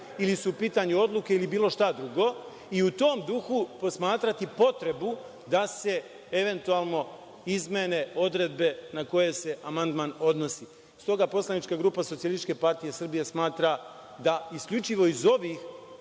ili su u pitanju odluke ili bilo šta drugo i u tom duhu posmatrati potrebu da se eventualno izmene odredbe na koje se amandman odnosi. Stoga, poslanička grupa SPS smatra da isključivo iz ovih